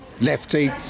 Lefty